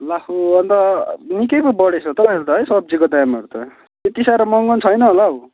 ला हौ अन्त निकै पो बढेछ त हौ अहिले त सब्जीको दामहरू त त्यति साह्रो महँगो पनि छैन होला हौ